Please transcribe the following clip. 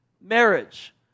Marriage